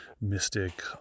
mystic